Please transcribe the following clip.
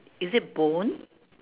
is it bone